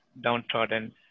downtrodden